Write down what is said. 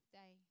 day